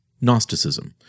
Gnosticism